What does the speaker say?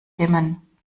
dimmen